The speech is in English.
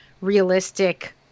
realistic